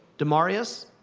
demaryius,